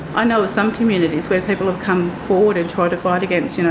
i know of some communities where people have come forward and tried to fight against, yeah